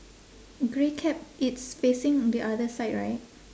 grey cap it's facing the other side right